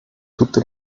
tutte